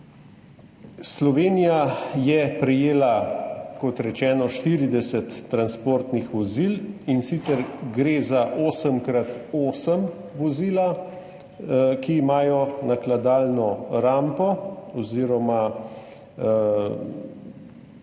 Slovenija je prejela, kot rečeno, 40 transportnih vozil, in sicer gre zavozila 8x8, ki imajo nakladalno rampo –